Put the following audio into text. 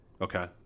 Okay